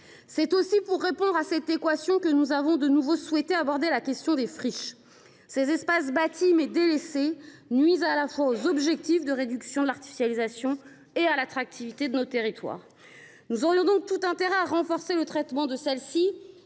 C’est aussi pour répondre à cette équation que nous avons de nouveau souhaité aborder la question des friches. Ces espaces bâtis, mais délaissés, nuisent à la fois aux objectifs de réduction de l’artificialisation et à l’attractivité de nos territoires. Nous aurions donc tout intérêt à renforcer leur traitement.